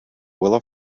willow